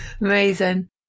amazing